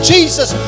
Jesus